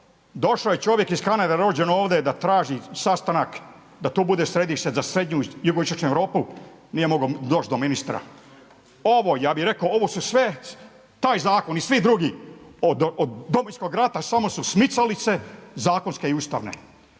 Došao je čovjek iz Kanade rođen ovdje da traži sastanak da to bude središte za srednju i jugoistočnu Europu, nije mogao doći do ministra. Ovo, ja bih rekao ovo su sve, taj zakon i svi drugi od Domovinskog rata samo su smicalice, zakonske i ustavne